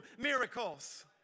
miracles